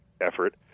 effort